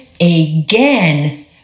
again